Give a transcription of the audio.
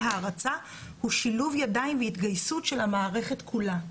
ההרצה הוא שילוב ידיים והתגייסות של המערכת כולה.